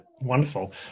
Wonderful